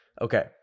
Okay